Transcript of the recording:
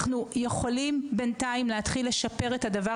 אנחנו יכולים בינתיים להתחיל לשפר את הדבר